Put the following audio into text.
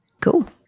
cool